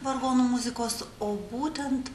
vargonų muzikos o būtent